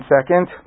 second